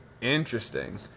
Interesting